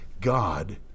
God